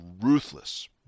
ruthless